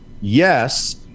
Yes